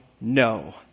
no